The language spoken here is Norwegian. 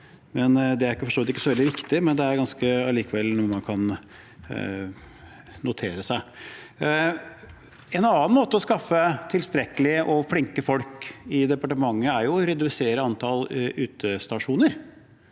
vidt ikke så veldig viktig, men det er allikevel noe man kan notere seg. En annen måte å skaffe tilstrekkelig med folk og flinke folk i departementet på er å redusere antall utestasjoner.